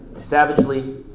savagely